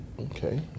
Okay